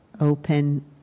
open